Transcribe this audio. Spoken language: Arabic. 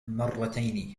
مرتين